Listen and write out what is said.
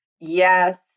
Yes